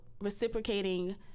reciprocating